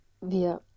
Wir